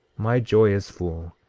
my joy is full,